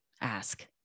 ask